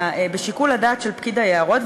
בשיקול הדעת של פקיד היערות.